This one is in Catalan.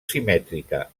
simètrica